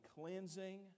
cleansing